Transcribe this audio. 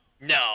No